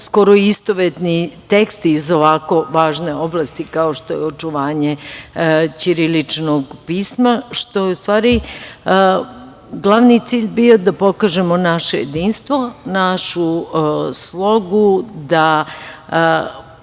skoro istovetni tekst i ovako važne oblasti kao što je očuvanje ćiriličnog pisma. Što je u stvari glavni cilj bio da pokažemo naše jedinstvo, našu slogu, da